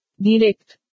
Direct